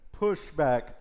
pushback